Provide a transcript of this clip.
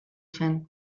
zen